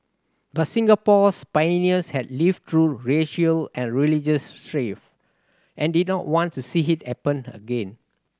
but Singapore's pioneers had lived through racial and religious strife and did not want to see it happen again